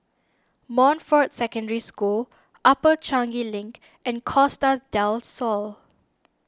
Montfort Secondary School Upper Changi Link and Costa del Sol